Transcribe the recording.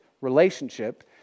relationship